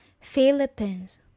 Philippines